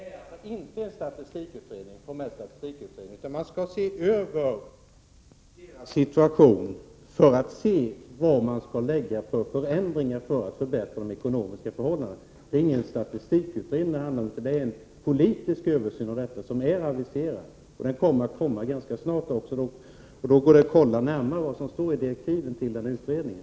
Herr talman! Det är inte fråga om någon formell statistikutredning, utan man skall se över de yrkesverksamma kulturarbetarnas situation för att se vilka förändringar som skall vidtas för att förbättra de ekonomiska förhållandena. Det är ingen statistikutredning. Det handlar i stället om den politiska översyn av detta som är aviserad. Den kommer ganska snart. Då går det att kontrollera närmare vad som står i direktiven till utredningen.